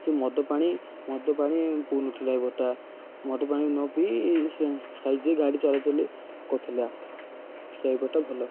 ସେ ମଦପାଣି ମଦପାଣି ପିଉନଥିଲା ଡ୍ରାଇଭରଟା ମଦପାଣି ନ ପିଇ ସାଇଜ ହେଇ ଗାଡ଼ି ଚଲାଚଲି କରିଥିଲା ସେ ଡ୍ରାଇଭରଟା ଭଲ